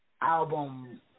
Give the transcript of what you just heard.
album